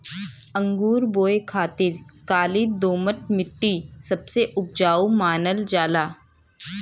अंगूर बोए खातिर काली दोमट मट्टी सबसे उपजाऊ मानल जाला